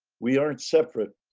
we aren't separate